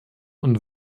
und